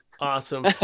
Awesome